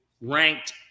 ranked